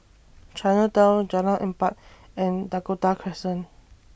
Chinatown Jalan Empat and Dakota Crescent